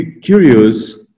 curious